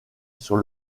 sur